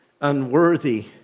unworthy